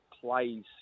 plays